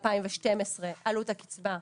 העלויות,